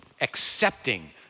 accepting